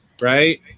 right